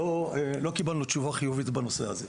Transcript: לא קיבלנו תשובה חיובית בנושא הזה.